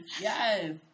Yes